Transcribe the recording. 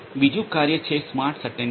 બીજું કાર્ય છે સ્માર્ટસંતેન્ડર